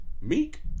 Meek